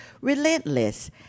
Relentless